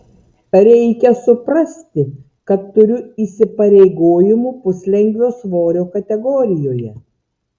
reikia suprasti kad turiu įsipareigojimų puslengvio svorio kategorijoje